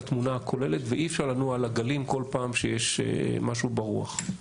התמונה הכוללת ואי אפשר לנוע על הגלים כל פעם כשיש משהו ברוח.